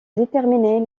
déterminer